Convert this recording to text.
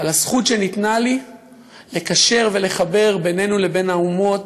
על הזכות שניתנה לי לקשר ולחבר בינינו לבין האומות,